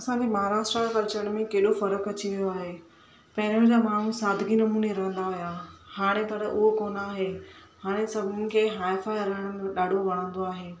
असांजे महाराष्ट्र जे कल्चर में कहिड़ो फ़र्क़ु अची वियो आहे पहिरियों जा माण्हू सादिगी नमूने रहंदा हुआ हाणे पर उहो कोन आहे हाणे सभिनी खे हाइफाइ हलण में वणंदो आहे